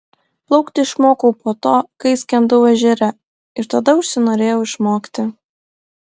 plaukti išmokau po to kai skendau ežere ir tada užsinorėjau išmokti